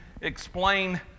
explain